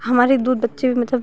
हमारे दूध बच्चे मतलब